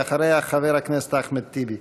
אחריה, חבר הכנסת אחמד טיבי.